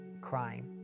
crying